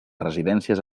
residències